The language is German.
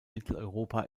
mitteleuropa